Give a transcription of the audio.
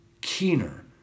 keener